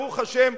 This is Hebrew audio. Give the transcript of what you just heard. ברוך השם,